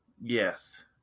Yes